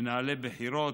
מנהלי בחירות,